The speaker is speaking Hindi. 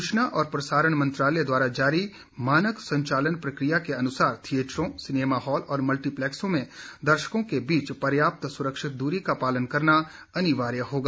सूचना और प्रसारण मंत्रालय द्वारा जारी मानक संचालन प्रक्रिया के अनुसार थियेटरों सिनेमाहॉल और मल्टीप्लेक्सों में दर्शकों के बीच पर्याप्त सुरक्षित दूरी का पालन करना अनिवार्य होगा